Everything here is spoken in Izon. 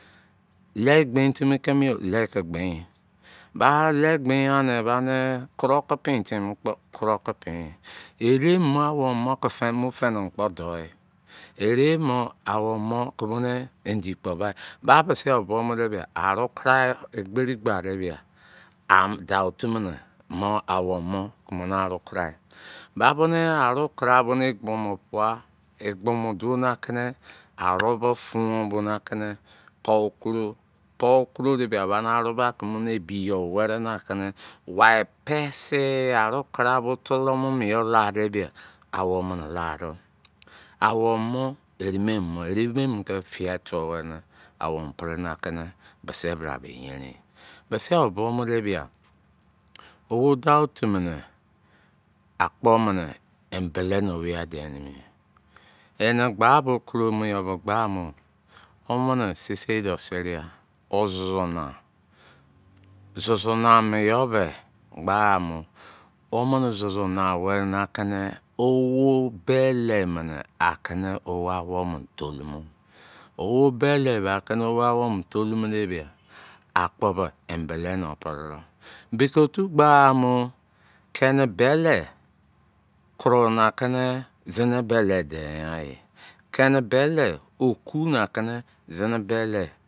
Le gbe timi keme yo ke ke gbe yo ba le gbe an ba ne koro ke pe timi kpo koro pe ere ma owo mo feni feni kpo do e ere mo owo mo ko bone indi kpo ba mise yo bo mo be aro da egberi gba ke da an da otu ne mo owomo mo na aro mo eri ba bo ne aro kara bone kpomo pua ekpo mo do a ke ne aro bo fon bo na ke ne po koro po koro di ba o ba na aro ba ene ebi yo were na kene wi pese aro kara bo tolo mo miyo la de be awomo mene lade. Awo no ere mu mo ke fiai tuwu were am awo pre na kene mise bra ke yerin mise ye bo deba owo dau otu ne akpo me ne embele ke woye de emi ene gba bo koro yo bo gba mo omene seisei de sereai osusu nausu su nau me yo ke gba mo omene susu nau were na kene owo be le mo ne a kene owo a lemo tolu mo o bele ba kene owo ba tolu mo mene e be kpo embele na pre de beke otu gba mo ke ne bele kru nana kene zine bele den yan kine bele okuna kene zine bele